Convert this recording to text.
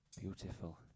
beautiful